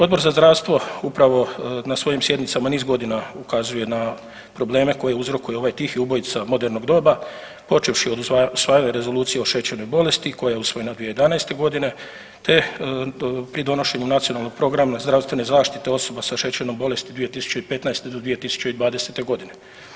Odbor za zdravstvo upravo na svojim sjednicama niz godina ukazuje na probleme koje uzrokuje ovaj tihi ubojica modernog doba počevši od usvajanja Rezolucije o šećernoj bolesti koja je usvojena 2011.g., te pri donošenju Nacionalnog programa zdravstvene zaštite osoba sa šećernom bolesti 2015. do 2020.g.